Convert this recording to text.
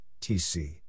TC